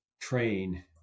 train